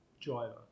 driver